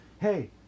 hey